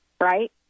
right